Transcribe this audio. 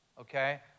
okay